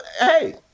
Hey